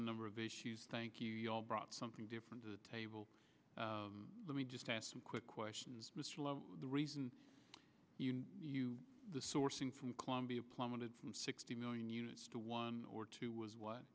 number of issues thank you all brought something different to the table let me just ask some quick questions the reason the sourcing from colombia plummeted from sixty million units to one or two was what